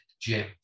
gym